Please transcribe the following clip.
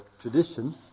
tradition